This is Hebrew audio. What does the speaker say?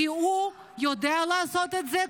כי הוא יודע לעשות את זה,